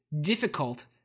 difficult